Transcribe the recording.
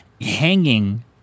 hanging